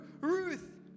Ruth